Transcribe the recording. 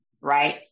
right